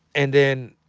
and then,